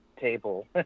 table